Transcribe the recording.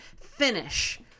finish